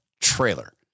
trailer